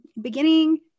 Beginning